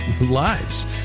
lives